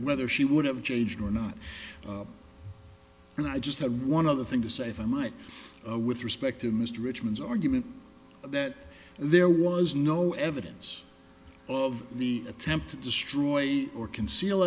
whether she would have changed or not and i just have one other thing to say if i might with respect to mr richmond's argument that there was no evidence of the attempt to destroy or conceal